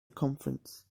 conference